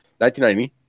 1990